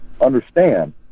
understand